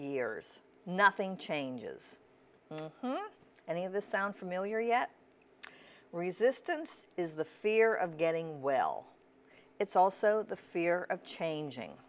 years nothing changes any of this sound familiar yet resistance is the fear of getting well it's also the fear of changing